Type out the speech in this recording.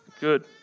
Good